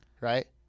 right